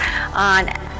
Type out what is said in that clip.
on